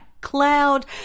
cloud